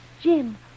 Jim